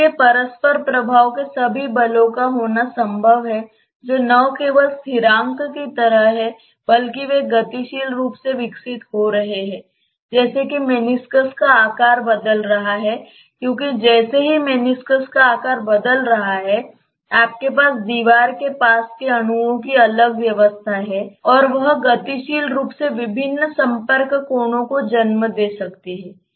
इसलिए परस्पर प्रभाव के सभी बलों का होना संभव है जो न केवल स्थिरांक की तरह हैं बल्कि वे गतिशील रूप से विकसित हो रहे हैं जैसे कि मेनिस्कस का आकार बदल रहा है क्योंकि जैसे ही मेनिस्कस का आकार बदल रहा है आपके पास दीवार के पास के अणुओं की अलग व्यवस्था है और वह गतिशील रूप से विभिन्न संपर्क कोणों को जन्म दे सकती है